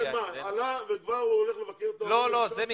עלה וכבר הוא הולך לבקר את ההורים שלו?